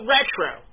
Retro